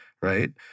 right